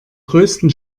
größten